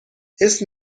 اسم